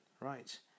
right